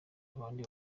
abandi